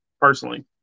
personally